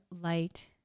light